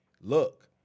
look